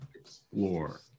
explore